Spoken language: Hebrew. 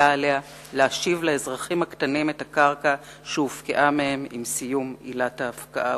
עליה להשיב לאזרחים הקטנים את הקרקע שהופקעה מהם עם סיום עילת ההפקעה.